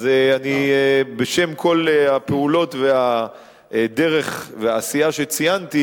אז בשם כל הפעולות והדרך והעשייה שציינתי,